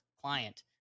client